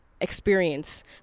experience